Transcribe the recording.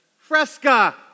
fresca